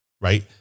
right